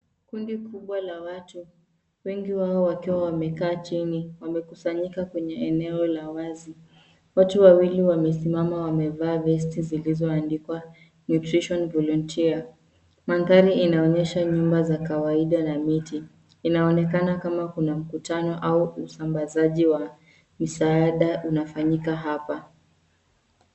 Kundi kubwa la watu, wengi wao wakiwa wamekaa chini, wamekusanyika kwenye eneo la wazi. Watu wawili wmesimama wamevaa vesti zilizoandikwa nutrition volunteer . Mandhari inaonyesha nyumba za kawaida na miti. Inaonekana kama kuna mkutano au usambazaji wa msaada unafanyika hapa.